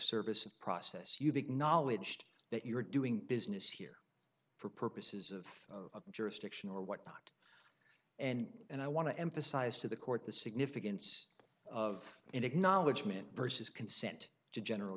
service of process you've acknowledged that you're doing business here for purposes of jurisdiction or what not and and i want to emphasize to the court the significance of an acknowledgement versus consent to general